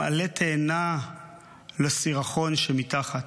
שהן עלה תאנה לסירחון שמתחת.